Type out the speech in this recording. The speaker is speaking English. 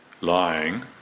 lying